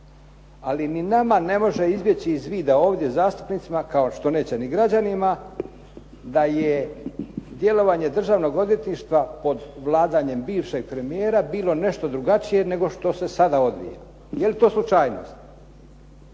Ali ni nama ne može izbjeći iz vida ovdje zastupnicima, kao što neće ni građanima, da je djelovanje državnog odvjetništva pod vladanjem bivšeg primjera bilo nešto drugačije nego što se sada odvija. Je li to slučajnost?